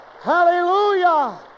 Hallelujah